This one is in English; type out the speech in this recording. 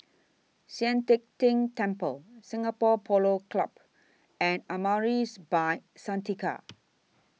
Sian Teck Tng Temple Singapore Polo Club and Amaris By Santika